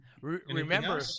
remember